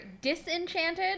Disenchanted